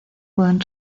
pueden